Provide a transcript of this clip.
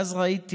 ואז ראיתי